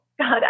God